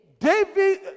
David